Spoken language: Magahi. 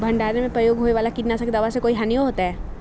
भंडारण में प्रयोग होए वाला किट नाशक दवा से कोई हानियों होतै?